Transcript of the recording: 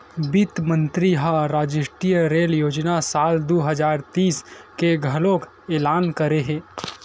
बित्त मंतरी ह रास्टीय रेल योजना साल दू हजार तीस के घलोक एलान करे हे